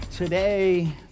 Today